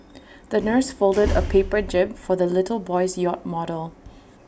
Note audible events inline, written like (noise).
the nurse (noise) folded A paper jib for the little boy's yacht model (noise)